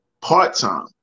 part-time